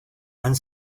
and